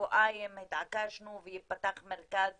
שבועיים התעקשנו וייפתח מרכז